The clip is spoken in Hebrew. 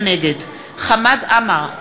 נגד חמד עמאר,